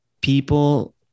People